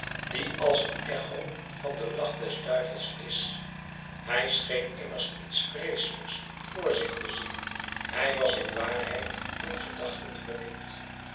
die als een echo van den lach des duivels is hij scheen immer iets vreeselijks voor zich te zien hij was in waarheid in gedachten verdiept